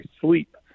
sleep